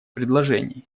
предложений